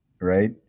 right